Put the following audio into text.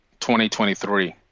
2023